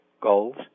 goals